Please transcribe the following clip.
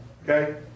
Okay